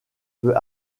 peut